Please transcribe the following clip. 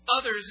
Others